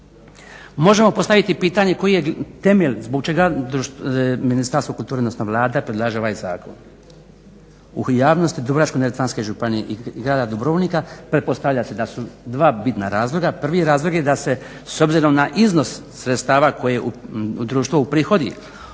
Možemo postaviti pitanje koji je temelj zbog čega Ministarstvo kulture odnosno Vlada predlaže ovaj zakon? u javnosti Dubrovačko-neretvanske županije i grada Dubrovnika pretpostavlja se da su dva bitna razloga. Prvi razlog je da se s obzirom na iznos sredstava koje društvo uprihodi